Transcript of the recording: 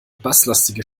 basslastige